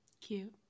Cute